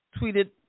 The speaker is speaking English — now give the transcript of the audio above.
tweeted